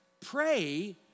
pray